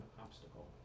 obstacle